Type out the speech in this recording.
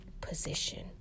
position